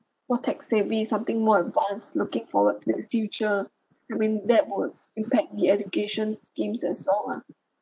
more tech savvy something more advance looking forward to the future I mean that would impact the education schemes and so on lah